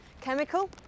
Chemical